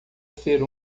ser